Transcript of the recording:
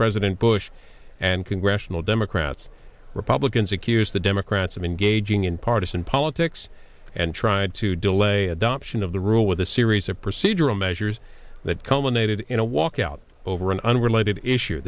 president bush and congressional democrats republicans accuse the democrats of engaging in partisan politics and tried to delay adoption of the rule with a series of procedural measures that culminated in a walkout over an unrelated issue